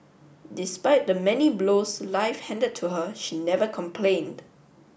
despite the many blows life hand to her she never complained